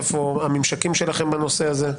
איפה הממשקים שלכם בנושא הזה?